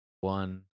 one